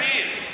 אסביר.